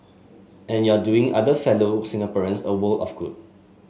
and you're doing other fellow Singaporeans a world of good